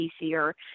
easier